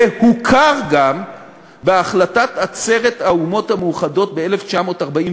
זה הוכר גם בהחלטת עצרת האומות המאוחדות ב-1947.